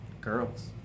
girls